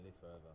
forever